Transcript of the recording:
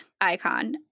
icon